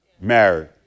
married